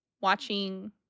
watching